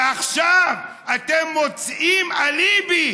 ועכשיו אתם מוצאים אליבי,